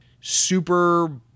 super